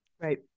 Right